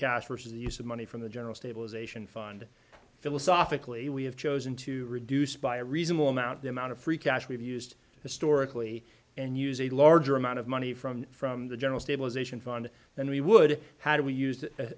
cash versus the use of money from the general stabilization fund philosophically we have chosen to reduce by a reasonable amount the amount of free cash we've used historically and use a larger amount of money from from the general stabilization fund than we would how do we use that as